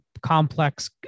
complex